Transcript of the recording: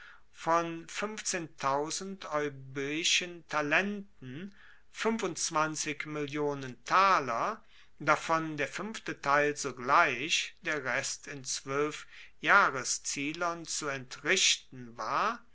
von eu talenten mill taler davon der fuenfte teil sogleich der rest in zwoelf jahreszielern zu entrichten war